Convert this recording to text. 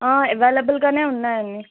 అవైలబుల్గానే ఉన్నాయండి